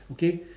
okay